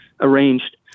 arranged